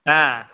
ஆ